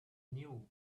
knew